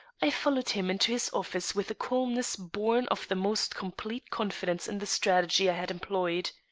i followed him into his office with a calmness born of the most complete confidence in the strategy i had employed.